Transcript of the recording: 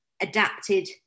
adapted